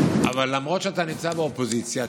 אבל למרות שאתה נמצא באופוזיציה,